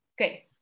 Okay